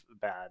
bad